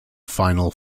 final